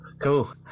Cool